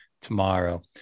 tomorrow